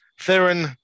Theron